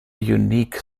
unique